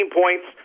points